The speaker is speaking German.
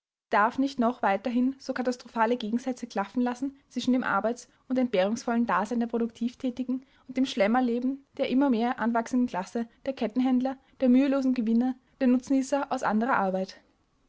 darf nicht noch weiterhin so katastrophale gegensätze klaffen lassen zwischen dem arbeits und entbehrungsvollen dasein der produktiv tätigen und dem schlemmerleben der immer mehr anwachsenden klasse der kettenhändler der mühelosen gewinner der nutznießer aus anderer arbeit